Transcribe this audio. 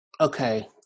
okay